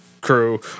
crew